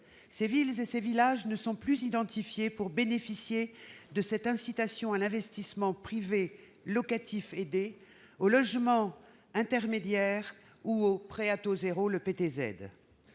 Ces villes et ces villages ne sont plus identifiés comme devant bénéficier de cette incitation à l'investissement privé locatif aidé, aux logements intermédiaires ou au prêt à taux zéro, le PTZ.